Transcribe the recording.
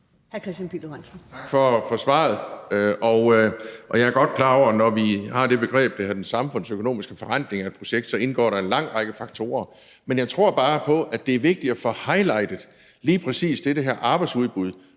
Tak for svaret. Jeg er godt klar over, at når vi har det begreb, der hedder den samfundsøkonomiske forrentning af et projekt, så indgår der en lang række faktorer. Jeg tror bare, at det er vigtigt at få highlightet lige præcis det med arbejdsudbud,